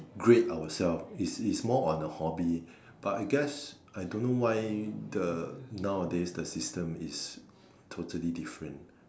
grade ourself is is more on a hobby but I guess I don't know why the nowadays the system is totally different